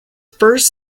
first